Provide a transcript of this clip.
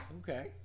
Okay